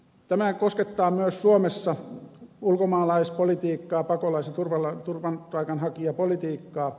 tämä koskettaa myös suomessa ulkomaalaispolitiikkaa pakolais ja turvapaikanhakijapolitiikkaa